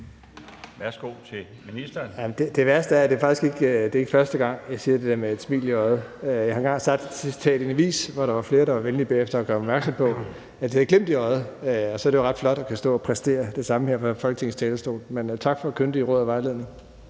(Jeppe Bruus): Det værste er, at det ikke er første gang, jeg siger det der med et smil i øjet. Jeg har engang sagt det til citat i en avis, hvor der var flere, der bagefter var venlige at gøre mig opmærksom på, at det hedder »glimt i øjet«, og så er det jo ret flot at kunne stå og præstere det samme her på Folketingets talerstol. Men tak for kyndig råd og vejledning.